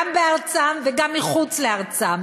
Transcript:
גם בארצם וגם מחוץ לארצם,